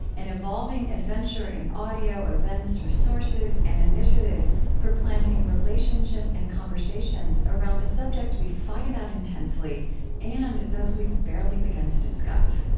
an evolving adventure in audio, events, resources, and initiatives for planting relationship and conversation around the subjects we fight about intensely and those we've barely begun to discuss.